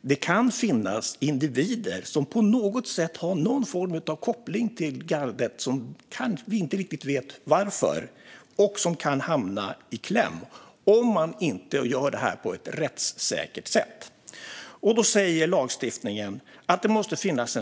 Det kan dock finnas individer som, utan att vi riktigt vet varför, har någon form av koppling till gardet och som kan hamna i kläm om man inte gör detta på ett rättssäkert sätt. Lagstiftningen säger att det måste finnas